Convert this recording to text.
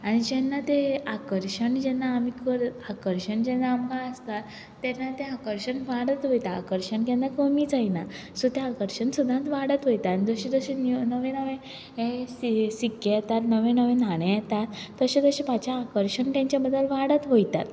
आनी जेन्ना ते आकर्शण जेन्ना आमी आकर्शण जेन्ना आमकां आसता तेन्ना तें आकर्शण वाडत वयता आकर्शण केन्ना कमी जायना सो तें आकर्शण सदांच वाडत वयता आनी जशें जशें नवें नवें हें सिक्के येता नवे नवे न्हाणे येता तशें तशें म्हाजें आकर्शण तेंच्या बद्दल वाडत वयता